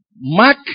Mark